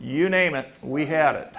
you name it we had it